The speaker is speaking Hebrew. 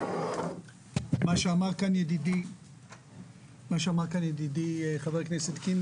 במה שאמר ידידי חבר הכנסת שיין,